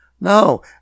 No